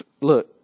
Look